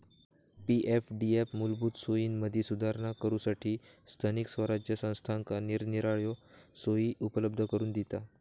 पी.एफडीएफ मूलभूत सोयींमदी सुधारणा करूच्यासठी स्थानिक स्वराज्य संस्थांका निरनिराळे सोयी उपलब्ध करून दिता